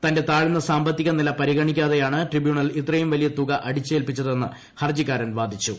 തന്റെ താഴ്ന്ന സാമ്പത്തിക് നില പരിഗണിക്കാതെയാണ് ട്രിബ്യൂണൽ ഇത്രയ്യും വ്ലിയ തുക അടിച്ചേൽപ്പിച്ചതെന്ന് ഹർജ്ജിക്കാരൻ വാ്ദിച്ചു